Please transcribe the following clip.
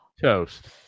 toast